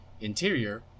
interior